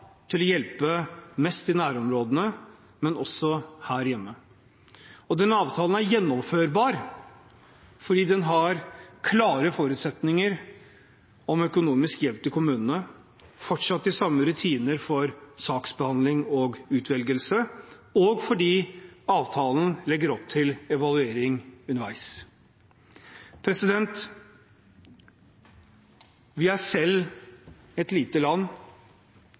til å hjelpe mest i nærområdene, men også her hjemme. Denne avtalen er gjennomførbar fordi den har klare forutsetninger om økonomisk hjelp til kommunene, fortsatt de samme rutiner for saksbehandling og utvelgelse, og fordi avtalen legger opp til evaluering underveis. Norge er et lite land